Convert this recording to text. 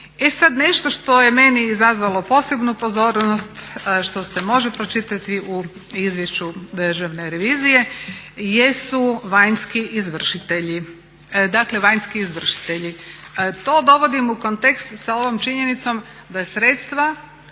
E sad nešto što je meni izazvalo posebnu pozornost, što se može pročitati u Izvješću Državne revizije jesu vanjski izvršitelji. To dovodim u kontekst sa ovom činjenicom da sredstva